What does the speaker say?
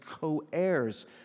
co-heirs